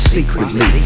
Secretly